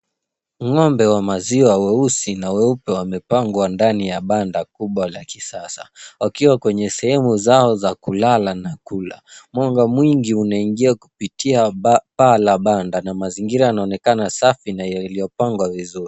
Ng'ombe wa maziwa weusi na weupe wamepangwa ndani ya banda kubwa la kisasa. Wakiwa kwenye sehemu zao za kulala na kula. Mwanga mwingi unaingia kupitia paa la banda na mazingira yanaonekana safi na yaliyopangwa vizuri.